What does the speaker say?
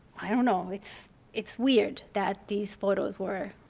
i don't know. it's it's weird that these photos were